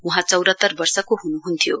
वहाँ चौरात्तर वर्षको हुनुहुन्थ्यो